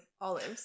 olives